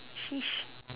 sheesh